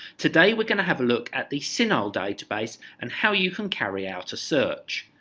today we're going to have a look at the cinahl database and how you can carry out a search.